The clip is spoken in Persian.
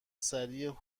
سریع